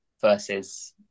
versus